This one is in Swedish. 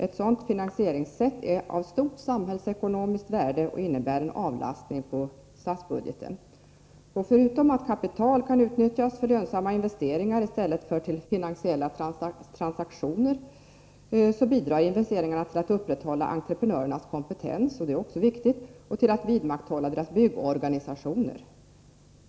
Ett sådant finansieringssätt är av stort samhällsekonomiskt värde och innebär en avlastning av statsbudgeten. Förutom att kapital kan utnyttjas för lönsamma investeringar i stället för till finansiella transaktioner, bidrar investeringarna till att upprätthålla entreprenörernas kompetens och till att vidmakthålla deras byggorganisationer.